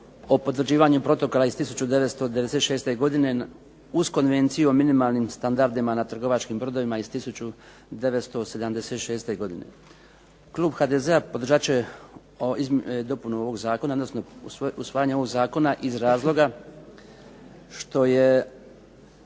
o potvrđivanju Protokola iz 1996. godine uz Konvenciju o minimalnim standardima na trgovačkim brodovima iz 1976. godine. Klub HDZ-a podržat će dopunu ovog zakona odnosno usvajanje ovog zakona iz razloga što je